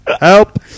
Help